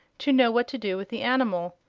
to know what to do with the animal.